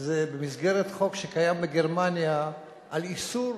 היא במסגרת חוק שקיים בגרמניה על איסור,